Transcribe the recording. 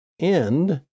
end